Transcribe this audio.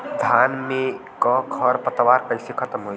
धान में क खर पतवार कईसे खत्म होई?